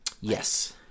yes